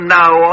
now